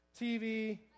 TV